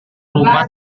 rumah